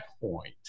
point